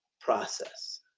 process